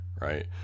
right